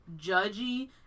judgy